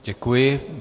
Děkuji.